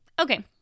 Okay